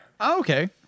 Okay